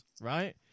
Right